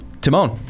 Timon